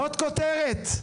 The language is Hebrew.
זאת כותרת.